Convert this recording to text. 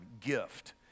gift